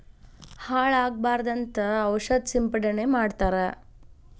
ಹಾಳ ಆಗಬಾರದಂತ ಔಷದ ಸಿಂಪಡಣೆ ಮಾಡ್ತಾರ